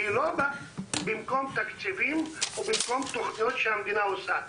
והיא לא באה במקום תקציבים או במקום תוכניות שהמדינה עושה,